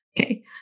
Okay